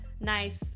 nice